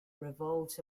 revolves